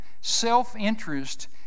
self-interest